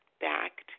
backed